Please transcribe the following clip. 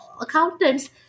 accountants